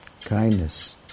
kindness